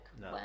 No